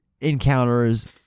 encounters